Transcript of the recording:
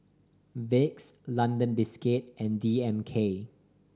Vicks London Biscuits and D M K